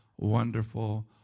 wonderful